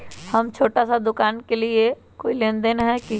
हम छोटा सा दुकानदारी के लिए कोई लोन है कि?